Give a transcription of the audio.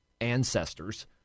ancestors